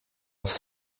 aufs